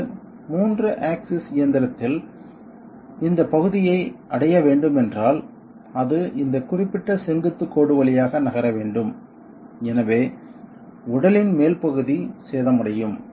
இது 3 ஆக்சிஸ் இயந்திரத்தில் இந்த பகுதியை அடைய வேண்டும் என்றால் அது இந்த குறிப்பிட்ட செங்குத்து கோடு வழியாக நகர வேண்டும் எனவே உடலின் மேல் பகுதி சேதமடையும்